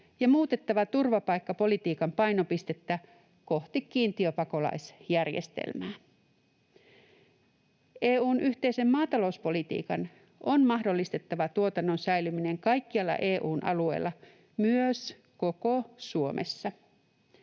ja turvapaikkapolitiikan painopistettä on muutettava kohti kiintiöpakolaisjärjestelmää. EU:n yhteisen maatalouspolitiikan on mahdollistettava tuotannon säilyminen kaikkialla EU:n alueella, myös koko Suomessa.